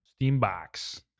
Steambox